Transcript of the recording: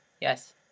Yes